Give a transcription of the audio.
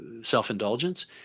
self-indulgence